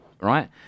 right